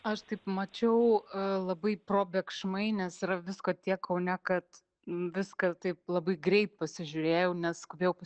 aš mačiau labai probėgšmai nes yra visko tiek kaune kad viską taip labai greit pasižiūrėjau nes skubėjau